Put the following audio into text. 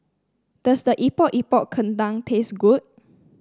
does the Epok Epok Kentang taste good